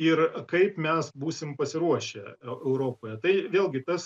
ir kaip mes būsim pasiruošę europoje tai vėlgi tas